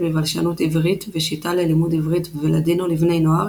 בבלשנות עברית ושיטה ללימוד עברית ולאדינו לבני נוער